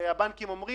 שהבנקים אומרים